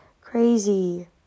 crazy